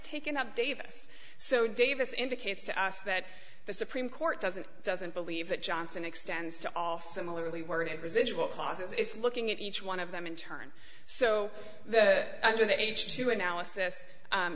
taken up davis so davis indicates to us that the supreme court doesn't doesn't believe that johnson extends to all similarly worded residual causes it's looking at each one of them in turn so under that age two analysis